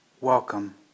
welcome